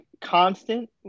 constant